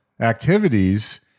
activities